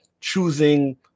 choosing